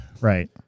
Right